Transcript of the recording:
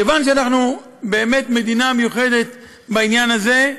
כיוון שאנחנו באמת מדינה מיוחדת בעניין הזה,